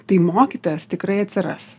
tai mokytojas tikrai atsiras